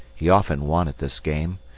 he often won at this game,